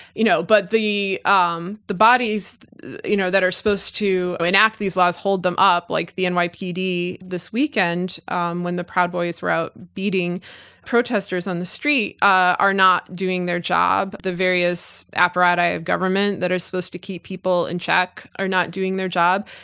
you know but the um the bodies you know that are supposed to enact these laws, hold them up, like the nypd this weekend um when the proud boys were out beating protesters on the street are not doing their job, the various apparatus government that are supposed to keep people in check are not doing their job,